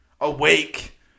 Awake